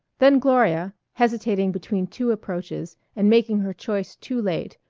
then gloria, hesitating between two approaches, and making her choice too late,